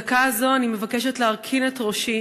בדקה הזאת אני מבקשת להרכין את ראשי